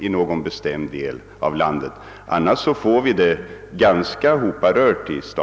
Annars blir statens räkenskaper ganska »hoparörda».